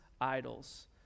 idols